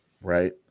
Right